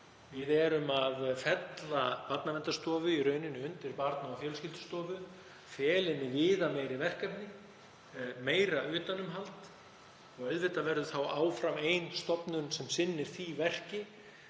Við erum að fella Barnaverndarstofu í rauninni undir Barna- og fjölskyldustofu, fela henni viðameiri verkefni, meira utanumhald og auðvitað verður þá áfram ein stofnun sem sinnir því verki.